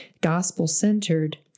gospel-centered